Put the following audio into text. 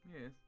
yes